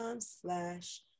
slash